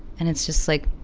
and it's just like